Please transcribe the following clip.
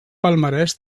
palmarès